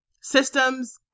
Systems